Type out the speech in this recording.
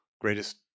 greatest